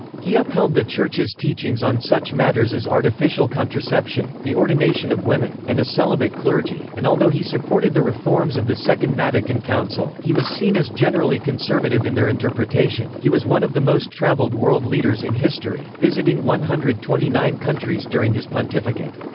he upheld the church's teachings on such matters as artificial contraception, the ordination of women, and a celibate clergy, and although he supported the reforms of the second vatican council, he was seen as generally conservative in their interpretation he was one of the most travelled world leaders in history, visiting one hundred and twenty nine countries during his pontificate.